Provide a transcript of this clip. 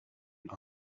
made